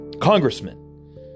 congressman